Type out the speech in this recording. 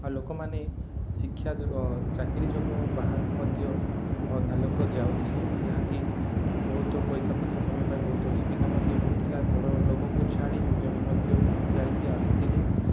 ଆଉ ଲୋକମାନେ ଶିକ୍ଷା ଚାକିରି ଯୋଗୁଁ ବାହାରକୁ ମଧ୍ୟ ଅଧା ଲୋକ ଯାଉଥିଲେ ଯାହାକି ବହୁତ ପଇସାପତ୍ର କମାଇବା ବହୁତ ଅସୁବିଧା ମଧ୍ୟ ହେଉଥିଲା ଘରଲୋକଙ୍କୁ ଛାଡ଼ି ଜଣେ ମଧ୍ୟ ଯାଇକି ଆସୁଥିଲେ